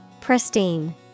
Pristine